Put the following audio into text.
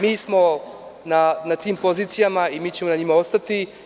Mi smo na tim pozicijama i mi ćemo na njima ostati.